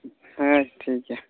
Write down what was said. ᱦᱮᱸ ᱴᱷᱤᱠ ᱜᱮᱭᱟ